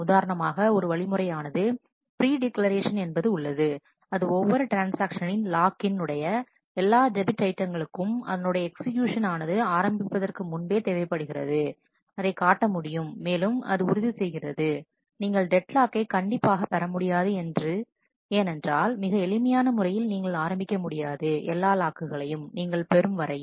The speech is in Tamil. உதாரணமாக ஒரு வழிமுறையானது பிரி டிக்லரேசன் என்பது உள்ளது அது ஒவ்வொரு ட்ரான்ஸ்ஆக்ஷனின் லாக்கின் அதனுடைய எல்லா டெபிட் ஐட்டங்களுக்கும் அதனுடைய எக்ஸ்க்யூக்ஷன் ஆனது ஆரம்பிப்பதற்கு முன்பே தேவைப்படுகிறது அதை காட்ட முடியும் மேலும் அது உறுதி செய்கிறது நீங்கள் டெட் லாக்கை கண்டிப்பாக பெற முடியாது என்று ஏனென்றால் மிக எளிமையான முறையில் நீங்கள் ஆரம்பிக்க முடியாது எல்லா லாக்குகளையும் நீங்கள் பெறும் முறையில்